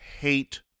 hate